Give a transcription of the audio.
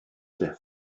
death